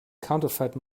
counterfeit